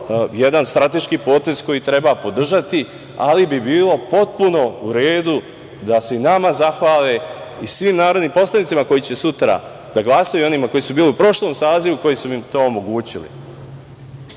jedan strateški potez koji treba podržati, ali bi bilo potpuno u redu da se i nama zahvale i svim narodnim poslanicima koji će sutra da glasaju i onima koji su bili u prošlom sazivu, koji su im to omogućili. Ali,